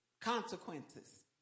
Consequences